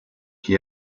qui